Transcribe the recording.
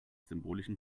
symbolischen